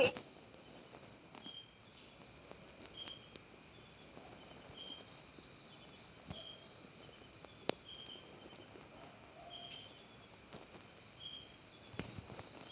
उप उत्पादनांवर प्रक्रिया करणा ह्या प्रक्रियेचा परिणाम असता